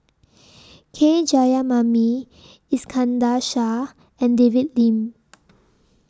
K Jayamani Iskandar Shah and David Lim